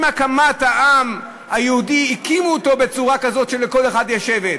עם הקמת העם היהודי הקימו אותו בצורה כזאת שלכל אחד יש שבט.